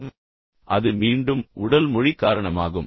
எனவே அது மீண்டும் உடல் மொழி காரணமாகும்